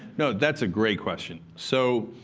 yeah, that's a great question. so